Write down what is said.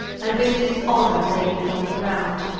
and with dis-honor layd me on the ground,